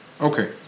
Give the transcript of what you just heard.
Okay